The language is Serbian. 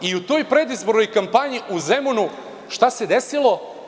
U toj predizbornoj kampanji u Zemunu šta se desilo?